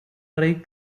rei